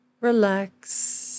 relax